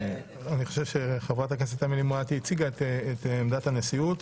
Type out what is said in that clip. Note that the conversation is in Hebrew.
אני חושב שחברת הכנסת אמילי מואטי הציגה את עמדת הנשיאות.